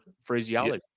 phraseology